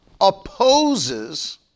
opposes